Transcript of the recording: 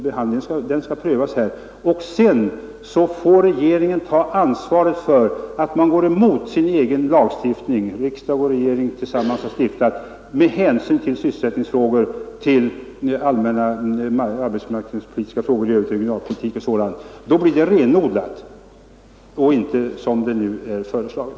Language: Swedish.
Sedan får regeringen ta ansvaret för att man går emot den lagstiftning som riksdag och regering tillsammans har stiftat, med hänsyn till sysselsättningsfrågor, arbetsmarknadspolitiska förhållanden, regionalpolitik osv. Man får då en renodling av ståndpunkterna, vilket nu inte blir fallet.